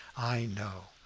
i know.